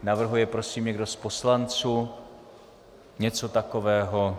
Navrhuje prosím někdo z poslanců něco takového?